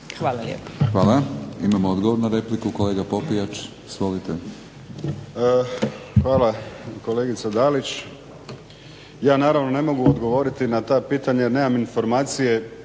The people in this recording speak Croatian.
Milorad (HNS)** Hvala. Imamo odgovor na repliku kolega Popijač. Izvolite. **Popijač, Đuro (HDZ)** Hvala. Kolegice Dalić, ja naravno ne mogu odgovoriti na ta pitanja jer nemam informacije